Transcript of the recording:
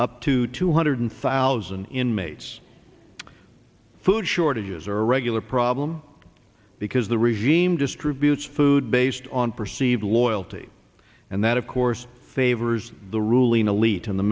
up to two hundred thousand inmates food shortages are regular problem because the regime distributes food based on perceived loyalty and that of course favors the ruling elite in the